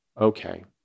Okay